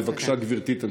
בבקשה, גברתי, תמשיכי.